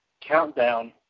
Countdown